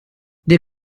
der